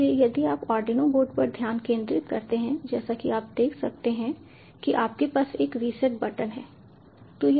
इसलिए यदि आप आर्डिनो बोर्ड पर ध्यान केंद्रित करते हैं जैसा कि आप देख सकते हैं कि आपके पास एक रीसेट बटन है